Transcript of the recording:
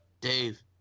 Dave